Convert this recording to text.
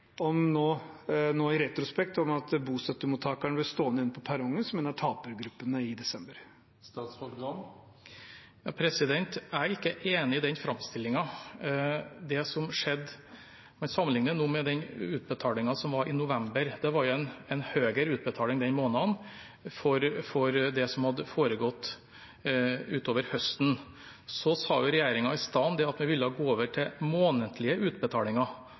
nå i retrospekt om at bostøttemottakerne ble stående igjen på perrongen som en av tapergruppene i desember. Jeg er ikke enig i den framstillingen av det som skjedde. Man sammenligner nå med den utbetalingen som var i november. Det var en høyere utbetaling den måneden for det som hadde foregått utover høsten. Så sa regjeringen at den ville gå over til månedlige utbetalinger